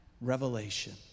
revelation